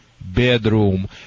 bedroom